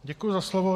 Děkuji za slovo.